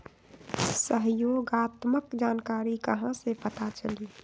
सहयोगात्मक जानकारी कहा से पता चली?